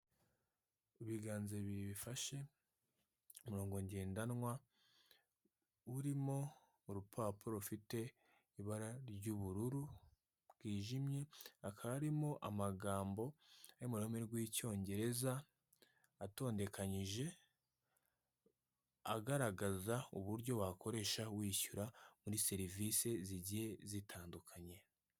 Ibiganza bibiri bifashe umurongo ngendanwa urimo urupapuro rufite ibara ry'ubururu bwijimye hakaba harimo amagambo y’ ururimi rw'icyongereza atondekanyije agaragaza uburyo wakoresha wishyura muri serivisi zigiye zitandukanye.